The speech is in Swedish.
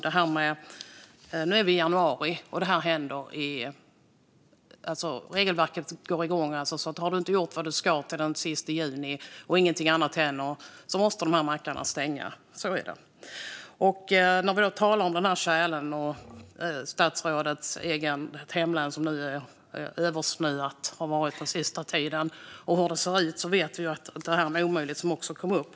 Nu är vi i januari, och regelverket innebär att om man inte har gjort vad man ska till den 30 juni och inget annat händer måste dessa mackar stänga. Så är det. När det gäller tjälen och hur det ser ut i statsrådets eget hemlän, som har varit översnöat den sista tiden, vet vi att detta är en omöjlighet, vilket också kom upp.